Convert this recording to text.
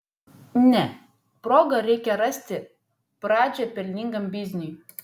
ne progą reikia rasti pradžią pelningam bizniui